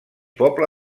poble